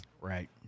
Right